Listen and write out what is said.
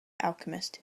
alchemist